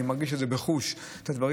אני מרגיש את זה בחוש, את הדברים.